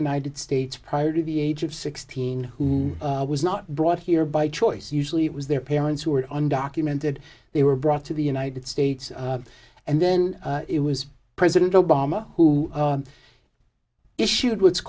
united states prior to the age of sixteen who was not brought here by choice usually it was their parents who were undocumented they were brought to the united states and then it was president obama who issued what's